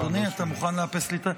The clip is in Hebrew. אדוני, אתה מוכן לאפס לי?